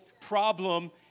problem